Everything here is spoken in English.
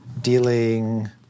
dealing